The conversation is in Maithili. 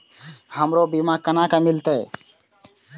हमरो बीमा केना मिलते?